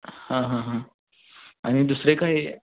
हां हां हां आणि दुसरे काय